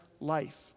life